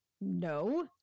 No